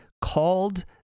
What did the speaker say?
called